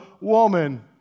woman